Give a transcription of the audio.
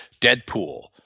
Deadpool